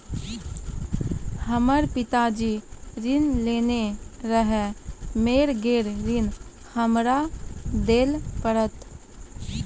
हमर पिताजी ऋण लेने रहे मेर गेल ऋण हमरा देल पड़त?